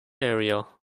area